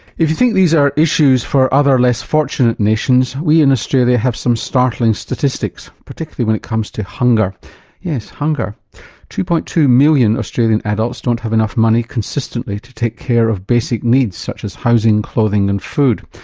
if you think these are issues for other less fortunate nations, we in australia have some startling statistics, particularly when it comes to hunger yes hunger two. two million australian adults don't have enough money consistently to take care of basic needs such as housing, clothing and food.